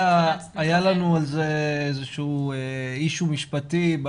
היה לנו על זה איזשהו אישיו משפטי.